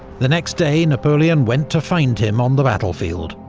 the next day napoleon went to find him on the battlefield,